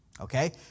Okay